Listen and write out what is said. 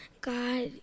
God